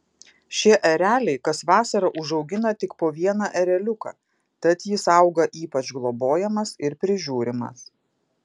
šie ereliai kas vasarą užaugina tik po vieną ereliuką tad jis auga ypač globojamas ir prižiūrimas